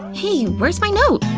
hey where's my note?